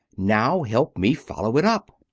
now help me follow it up.